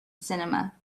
cinema